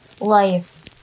life